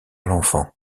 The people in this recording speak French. l’enfant